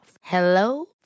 Hello